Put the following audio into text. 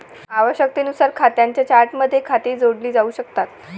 आवश्यकतेनुसार खात्यांच्या चार्टमध्ये खाती जोडली जाऊ शकतात